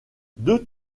deux